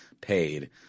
paid